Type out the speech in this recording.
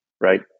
Right